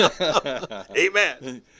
Amen